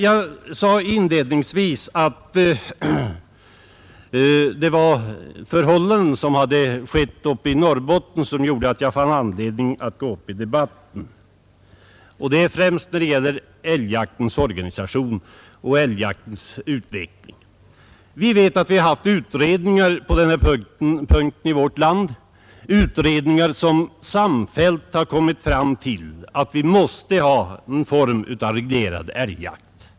Jag sade inledningsvis att det var förhållandena uppe i Norrbotten som gjorde att jag fann anledning gå upp i debatten, och det gäller då främst älgjaktens organisation och utveckling. Vi vet att det har gjorts utredningar på denna punkt i vårt land, utredningar som samfällt kommit fram till att vi måste ha en form av reglerad älgjakt.